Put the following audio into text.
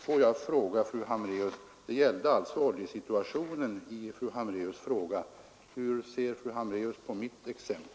Fru Ham braeus” fråga gällde ju oljesituationen, och jag frågar: Hur ser fru Ham braeus på mitt exempel?